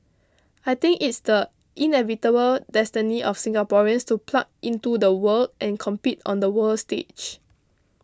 I think it's the inevitable destiny of Singaporeans to plug into the world and compete on the world stage